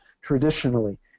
traditionally